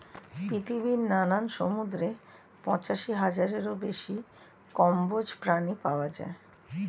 পৃথিবীর নানান সমুদ্রে পঁচাশি হাজারেরও বেশি কম্বোজ প্রাণী পাওয়া যায়